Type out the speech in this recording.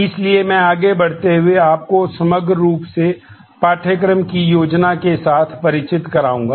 इसलिए मैं आगे बढ़ते हुए आपको समग्र रूप से पाठ्यक्रम की योजना के साथ परिचित कराऊंगा